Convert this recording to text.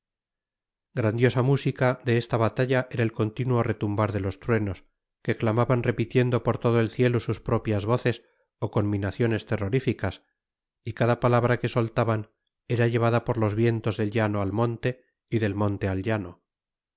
grandiosa música de esta batalla era el continuo retumbar de los truenos que clamaban repitiendo por todo el cielo sus propias voces o conminaciones terroríficas y cada palabra que soltaban era llevada por los vientos del llano al monte y del monte